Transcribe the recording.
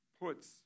puts